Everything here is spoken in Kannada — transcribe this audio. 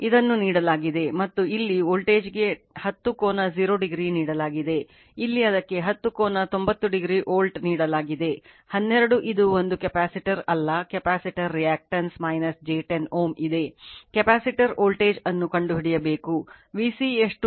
ಇದನ್ನು ನೀಡಲಾಗಿದೆ ಮತ್ತು ಇಲ್ಲಿ ವೋಲ್ಟೇಜ್ಗೆ 10 ಕೋನ 0 ಡಿಗ್ರಿ ನೀಡಲಾಗಿದೆ ಇಲ್ಲಿ ಅದಕ್ಕೆ 10 ಕೋನ 90 ಡಿಗ್ರಿ ವೋಲ್ಟ್ ನೀಡಲಾಗಿದೆ 12 ಇದು ಒಂದು ಕೆಪಾಸಿಟರ್ ಅಲ್ಲ ಕೆಪಾಸಿಟರ್ ರಿಯಾಕ್ಟನ್ಸ್ j 10 Ω ಇದೆ ಕೆಪಾಸಿಟರ್ ವೋಲ್ಟೇಜ್ ಅನ್ನು ಕಂಡುಹಿಡಿಯಬೇಕು Vc ಎಷ್ಟು